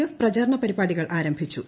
F പ്രചാരണ പരിപാടികൾ ആരംഭിച്ചു